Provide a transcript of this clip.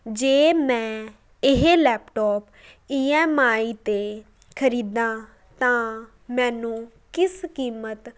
ਜੇ ਮੈਂ ਇਹ ਲੈਪਟੋਪ ਈ ਐੱਮ ਆਈ 'ਤੇ ਖਰੀਦਾਂ ਤਾਂ ਮੈਨੂੰ ਕਿਸ ਕੀਮਤ